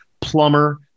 plumber